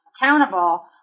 accountable